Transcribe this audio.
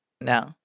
No